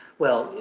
well,